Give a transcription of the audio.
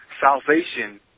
salvation